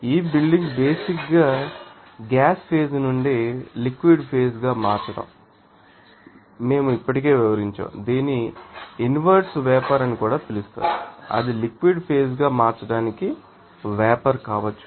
ఈ సాలిడ్ ీభవనాన్ని బేసిక్ ంగా గ్యాస్ ఫేజ్ నుండి లిక్విడ్ ఫేజ్ గా మార్చడం అని మేము ఇప్పటికే వివరించాము మరియు దీనిని ఇన్వెర్స్ వేపర్ అని కూడా పిలుస్తారు అది లిక్విడ్ ఫేజ్ గా మార్చడానికి వేపర్ కావచ్చు